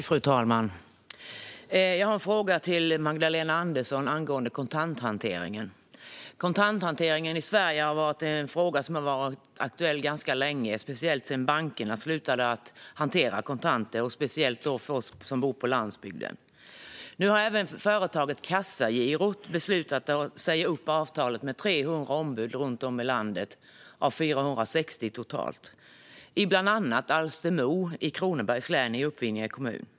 Fru talman! Jag har en fråga till Magdalena Andersson angående kontanthanteringen. Kontanthanteringen i Sverige är en fråga som har varit aktuell ganska länge, speciellt sedan bankerna slutade att hantera kontanter och speciellt för oss som bor på landsbygden. Nu har även företaget Kassagirot beslutat att säga upp avtalet med 300 ombud runt om i landet, av 460 totalt, bland annat i Alstermo, i Uppvidinge kommun, i Kronobergs län.